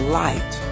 light